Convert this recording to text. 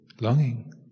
longing